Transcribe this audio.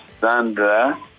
Sandra